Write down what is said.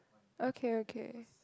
okay okay